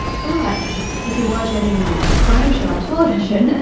but if you watch any crime show on television, and